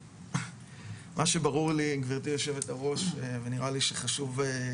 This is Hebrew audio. מה שברור לי גברתי יו"ר ונראה לי שחשוב,